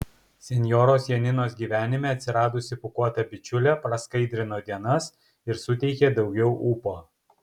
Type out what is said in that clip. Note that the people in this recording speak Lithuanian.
senjoros janinos gyvenime atsiradusi pūkuota bičiulė praskaidrino dienas ir suteikė daugiau ūpo